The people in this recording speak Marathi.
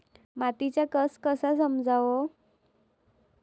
मातीचा कस कसा समजाव?